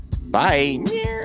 bye